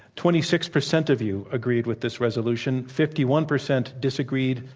twenty six percent of you agreed with this resolution, fifty one percent disagreed,